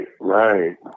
right